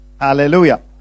hallelujah